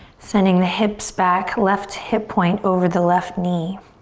sending the hips back. left hip point over the left knee.